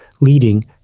leading